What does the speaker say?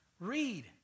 read